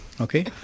okay